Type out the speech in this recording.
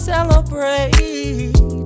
Celebrate